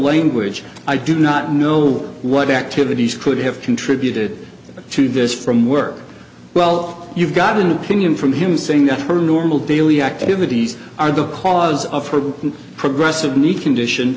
language i do not know what activities could have contributed to this from work well you've got an opinion from him saying that her normal daily activities are the cause of her progressive neat condition